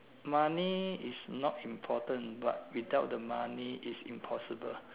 money is not important but without the money is impossible